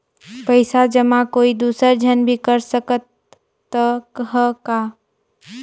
पइसा जमा कोई दुसर झन भी कर सकत त ह का?